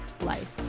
life